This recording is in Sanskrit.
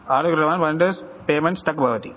आर्डर् कृतवान् वेन्डर्स् पेमेन्ट् स्टक् बवति